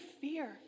fear